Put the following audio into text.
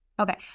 Okay